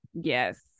Yes